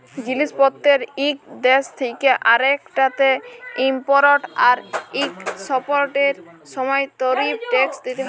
জিলিস পত্তের ইক দ্যাশ থ্যাকে আরেকটতে ইমপরট আর একসপরটের সময় তারিফ টেকস দ্যিতে হ্যয়